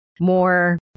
more